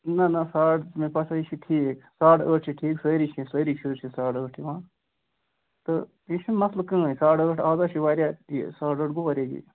نا نا ساڑ مےٚ باسان یہِ چھِ ٹھیٖک ساڑ ٲٹھ چھُ ٹھیٖک سٲری چھِ سٲری شُرۍ چھِ ساڑ ٲٹھ یِوان تہٕ یہِ چھُنہٕ مسلہٕ کٕہٕنۍ ساڑ ٲٹھ اَز ہا چھِ واریاہ یہِ ساڑ ٲٹھ گوٚو واریاہ یہِ